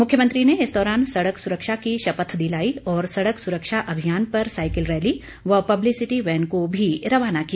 मुख्यमंत्री ने इस दौरान सड़क सुरक्षा की शपथ दिलाई और सड़क सुरक्षा अभियान पर साईकिल रैली व पब्लिसिटी वैन को भी रवाना किया